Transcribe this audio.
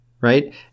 right